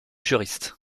juriste